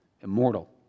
immortal